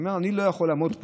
אני אומר: אני לא יכול לעמוד פה,